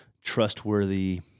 trustworthy